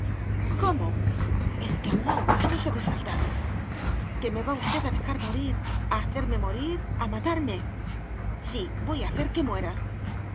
cómo exclamó augusto sobresaltado que me va usted a dejar morir a hacerme morir a matarme sí voy a hacer que mueras